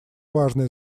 важное